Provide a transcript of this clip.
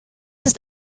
ist